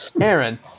Aaron